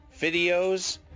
videos